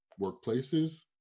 workplaces